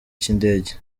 cy’indege